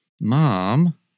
Mom